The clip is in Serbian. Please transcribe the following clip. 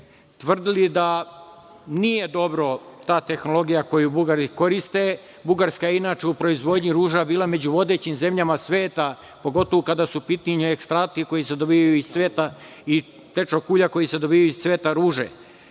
tvrdili da nije dobra ta tehnologija koju Bugari koriste, Bugarska je, inače, u proizvodnji ruža bila među vodećim zemljama sveta, pogotovo kada su u pitanju ekstrakti koji se dobijaju iz cveta i tečnog ulja koje se dobija iz cveta ruže,